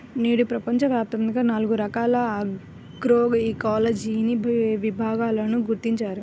నేడు ప్రపంచవ్యాప్తంగా నాలుగు రకాల ఆగ్రోఇకాలజీని విభాగాలను గుర్తించారు